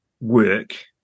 work